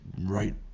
right